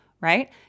right